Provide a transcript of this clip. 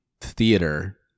theater